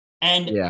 And-